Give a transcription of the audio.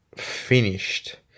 finished